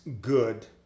good